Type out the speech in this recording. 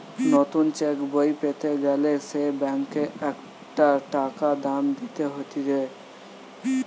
নতুন চেক বই পেতে গ্যালে সে ব্যাংকে একটা টাকা দাম দিতে হতিছে